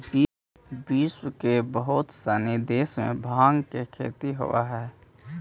विश्व के बहुत सनी देश में भाँग के खेती होवऽ हइ